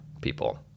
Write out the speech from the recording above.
people